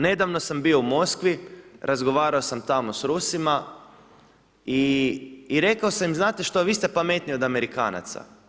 Nedavno sam bio u Moskvi, razgovarao sam tamo s Rusima i rekao im, znate što, vi ste pametniji od Amerikanaca.